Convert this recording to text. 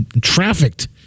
trafficked